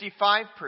55%